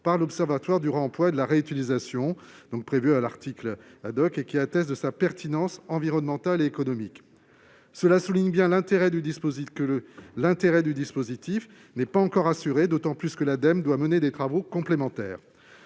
par l'observatoire du réemploi de la réutilisation. Elle doit attester de sa pertinence environnementale et économique. Cela montre bien que l'intérêt du dispositif n'est pas encore assuré, d'autant que l'Ademe doit mener des travaux complémentaires.